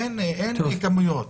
אין בכמויות.